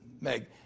Meg